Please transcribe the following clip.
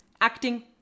Acting